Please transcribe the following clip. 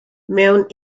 mewn